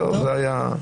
זה היה המנהג הקדום.